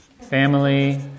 Family